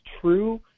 true